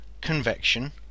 convection